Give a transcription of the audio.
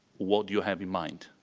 what do you have in mind?